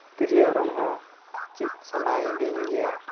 ᱛᱤᱨᱭᱟᱹ ᱚᱨᱚᱝ ᱦᱚᱸ ᱪᱮᱫ ᱥᱟᱱᱟᱭᱮᱫᱤᱧ ᱜᱮᱭᱟ